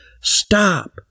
Stop